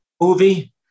Movie